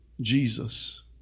Jesus